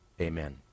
Amen